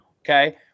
okay